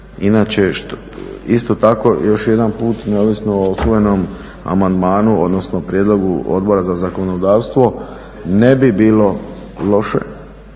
Inače, isto tako još jedanput neovisno o usvojenom amandmanu, odnosno prijedlogu Odbora za zakonodavstvo, ne bi bilo loše